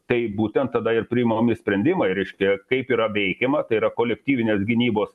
taip būtent tada ir priimami sprendimai reiškia kaip yra veikiama tai yra kolektyvinės gynybos